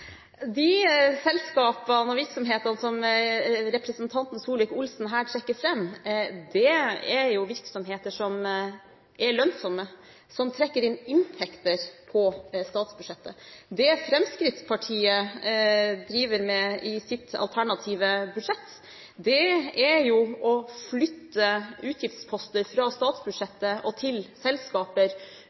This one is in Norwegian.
De selskapene og virksomhetene som representanten Solvik-Olsen her trekker fram, er jo virksomheter som er lønnsomme, som trekker inn inntekter på statsbudsjettet. Det Fremskrittspartiet driver med i sitt alternative budsjett, er å flytte utgiftsposter fra statsbudsjettet og til selskaper